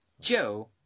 Joe